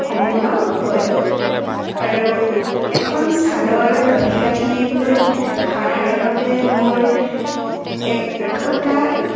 সম্পূৰ্ণ হয় আৰু এখন চাদৰ দহি গাঁঠিবলৈ সাধাৰণতে মোৰ এক ঘণ্টা